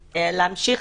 אבל להמשיך.